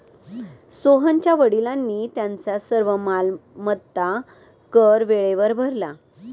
सोहनच्या वडिलांनी त्यांचा सर्व मालमत्ता कर वेळेवर भरला